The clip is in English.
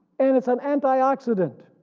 and it's an antioxidant,